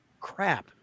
crap